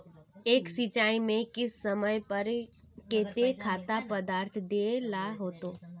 एक सिंचाई में किस समय पर केते खाद पदार्थ दे ला होते?